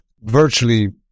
virtually